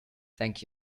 thank